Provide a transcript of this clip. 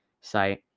site